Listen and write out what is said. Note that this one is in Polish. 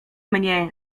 mnie